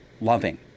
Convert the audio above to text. loving